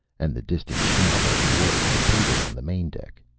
and the distant shout of the order repeated on the main-deck.